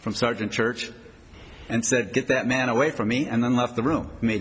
from sergeant church and said get that man away from me and then left the room ma